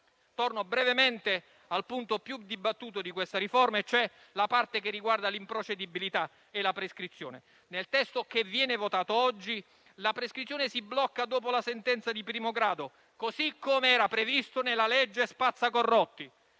Torno brevemente al punto più dibattuto di questa riforma è cioè la parte che riguarda l'improcedibilità e la prescrizione. Nel testo che viene votato oggi la prescrizione si blocca dopo la sentenza di primo grado, così com'era previsto nella cosiddetta legge spazzacorrotti.